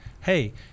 hey